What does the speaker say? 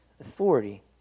authority